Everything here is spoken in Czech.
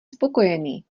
spokojený